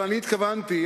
אני התכוונתי,